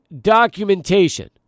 documentation